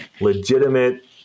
legitimate